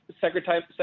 Secretary